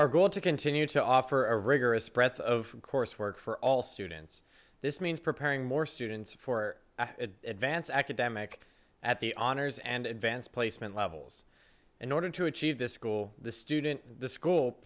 our goal to continue to offer a rigorous breath of coursework for all students this means preparing more students for advance academic at the honors and advanced placement levels in order to achieve this goal the student the school